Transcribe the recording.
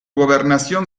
gobernación